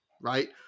right